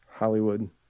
Hollywood